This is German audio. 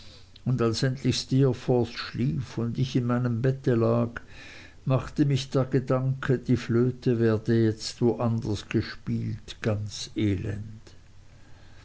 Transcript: und als endlich steerforth schlief und ich in meinem bette lag machte mich der gedanke die flöte werde jetzt wo anders gespielt ganz elend